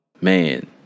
Man